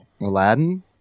Aladdin